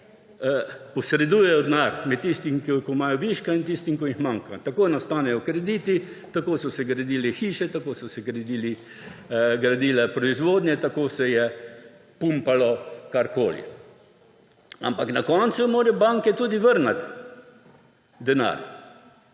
posredujejo denar med tistimi, ki imajo višek, in tistimi, ki jim manjka. Tako nastanejo krediti. Tako so se gradile hiše, tako so se gradile proizvodnje, tako se je pumpalo karkoli. Ampak na koncu morajo banke tudi denar